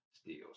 steals